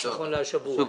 נכון לשבוע זה.